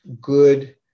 good